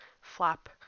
flap